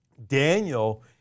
Daniel